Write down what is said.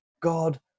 God